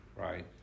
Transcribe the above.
right